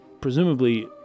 presumably